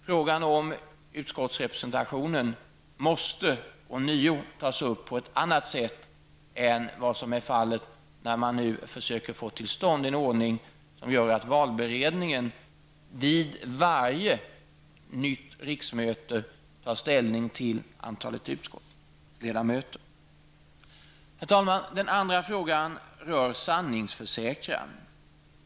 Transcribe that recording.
Frågan om utskottsrepresentationen måste ånyo tas upp -- och på ett annat sätt än vad som är fallet när man nu försöker få till stånd en ordning som innebär att valberedningen vid varje nytt riksmöte tar ställning till antalet utskottsledamöter. Herr talman! Den andra frågan rör sanningsförsäkran.